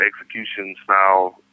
execution-style